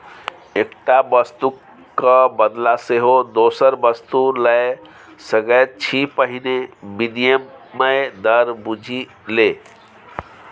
एकटा वस्तुक क बदला सेहो दोसर वस्तु लए सकैत छी पहिने विनिमय दर बुझि ले